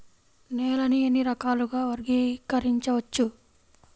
నేలని ఎన్ని రకాలుగా వర్గీకరించవచ్చు?